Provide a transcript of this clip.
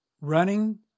running